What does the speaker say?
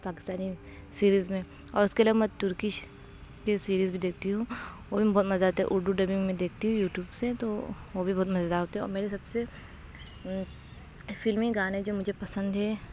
Pakistani series میں اور اس کے علاوہ میں ترکش کے سیریز بھی دیکھتی ہوں ان میں بہت مزہ آتا ہے اردو ڈبنگ میں دیکھتی ہوں یوٹیوب سے تو وہ بھی بہت مزیدار ہوتے ہیں اور میرے سب سے فلمی گانے جو مجھے پسند ہیں